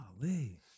Golly